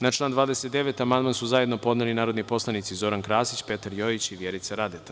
Na član 29. amandman su zajedno podneli narodni poslanici Zoran Krasić, Petar Jojić i Vjerica Radeta.